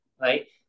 right